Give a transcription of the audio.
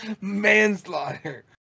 Manslaughter